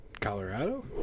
colorado